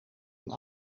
een